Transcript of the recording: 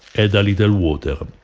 add a little water,